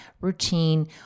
routine